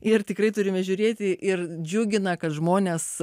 ir tikrai turime žiūrėti ir džiugina kad žmonės